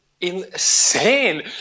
Insane